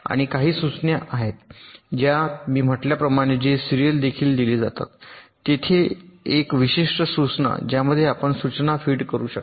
आणि काही चाचणी सूचना आहेत ज्यात मी म्हटल्याप्रमाणे जे सीरियल देखील दिले जातात तेथे एक आहे विशिष्ट सूचना ज्यामध्ये आपण सूचना फीड करू शकता